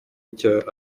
icyo